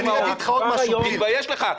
תתבייש לך.